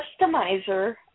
customizer